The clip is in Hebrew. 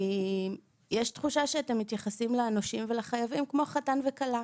כי יש תחושה שאתם מתייחסים לנושים ולחייבים כמו חתן וכלה,